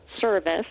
service